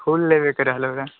फूल लेबय के रहले र